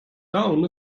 down